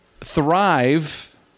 Thrive